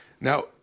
Now